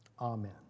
amen